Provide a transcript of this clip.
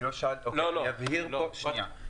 אני אעשה פה סדר.